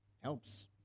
helps